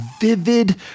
vivid